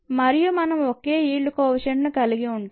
మరియు మనం ఒకే ఈల్డ్ కోఎఫిషెంట్ ను కలిగి ఉంటాం